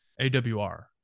AWR